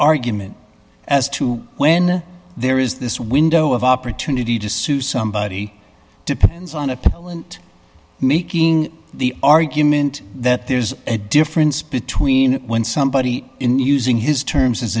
argument as to when there is this window of opportunity to sue somebody depends on a people and making the argument that there's a difference between when somebody in using his terms